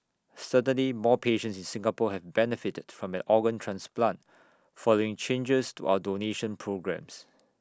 certainly more patients in Singapore have benefited from an organ transplant following changes to our donation programmes